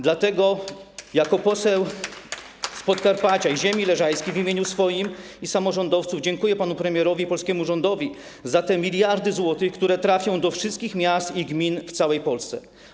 Dlatego jako poseł z Podkarpacia i ziemi leżajskiej w imieniu swoim i samorządowców dziękuję panu premierowi i polskiemu rządowi za miliardy złotych, które trafią do wszystkich miast i gmin w całej Polsce.